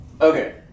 Okay